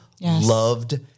loved